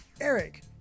Eric